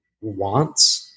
wants